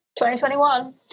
2021